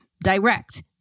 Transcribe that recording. direct